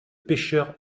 pêcheurs